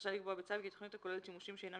רשאי לקבוע בצו כי תכנית הכוללת שימושים שאינם